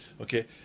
okay